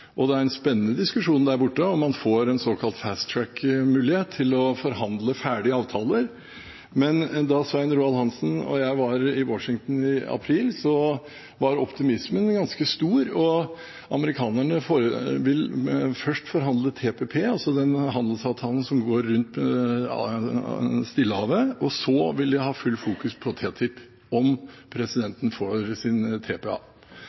og det er en spennende diskusjon der borte om man får en såkalt fast track-mulighet til å forhandle ferdig avtaler, men da Svein Roald Hansen og jeg var i Washington i april, var optimismen ganske stor. Amerikanerne vil først forhandle TPP, altså den handelsavtalen som går rundt Stillehavet, og så vil de ha full fokus på TTIP, om presidenten får sin TPA.